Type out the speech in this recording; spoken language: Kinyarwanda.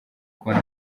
kubona